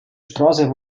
straße